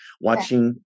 watching